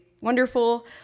wonderful